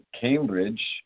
Cambridge